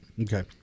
Okay